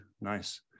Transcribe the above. nice